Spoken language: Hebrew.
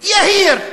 יהיר,